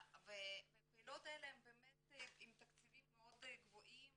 והפעילויות האלה הן באמת עם תקציבים מאוד גבוהים